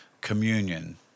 communion